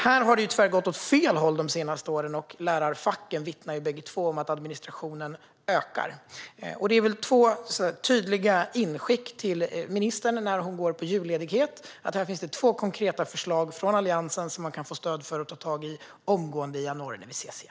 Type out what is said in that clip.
Här har det tyvärr gått åt fel håll de senaste åren. Båda lärarfacken vittnar om att administrationen ökar. Detta är två tydliga medskick till ministern när hon går på julledighet. Det finns två konkreta förslag från Alliansen som man kan få stöd för och ta tag i omgående i januari när vi ses igen.